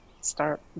start